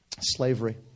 slavery